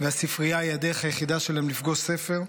והספרייה היא הדרך היחידה שלהם לפגוש ספר.